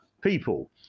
people